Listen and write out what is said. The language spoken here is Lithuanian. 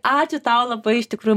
ačiū tau labai iš tikrųjų